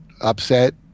upset